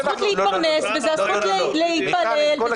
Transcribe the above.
מדובר גם על הזכות להתפרנס, גם על הזכות להתפלל.